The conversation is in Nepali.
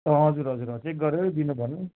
अँ हजुर हजुर चेक गरेरै दिन भन्नु नि